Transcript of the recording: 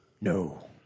No